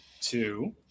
two